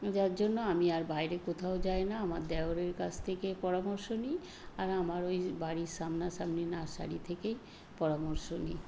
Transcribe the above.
যার জন্য আমি আর বাইরে কোথাও যাই না আমার দেওরের কাছ থেকে পরামর্শ নিই আর আমার ওই যে বাড়ির সামনাসামনি নার্সারি থেকেই পরামর্শ নিই